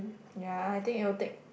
ya I think it will take